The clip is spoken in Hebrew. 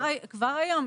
כבר היום,